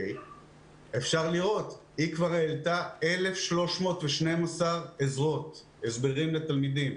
אפשר לראות שהיא כבר העלתה 1,312 הסברים לתלמידים.